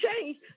change